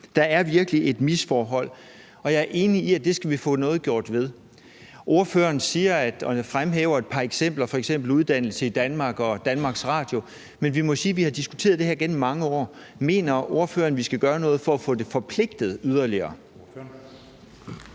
Der er virkelig et misforhold, og jeg er enig i, at det skal vi få gjort noget ved. Ordføreren siger noget om det og fremhæver et par eksempler, f.eks. uddannelse i Danmark og DR, men vi må sige, at vi har diskuteret det her gennem mange år. Mener ordføreren, at vi skal gøre noget for at få det forpligtet yderligere?